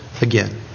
again